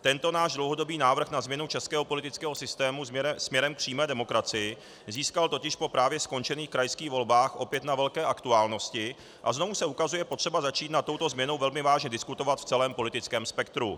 Tento náš dlouhodobý návrh na změnu českého politického systému směrem k přímé demokracii získal totiž po právě skončených krajských volbách opět na velké aktuálnosti a znovu se ukazuje potřeba začít nad touto změnou velmi vážně diskutovat v celém politickém spektru.